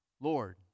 Lord